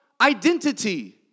identity